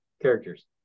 characters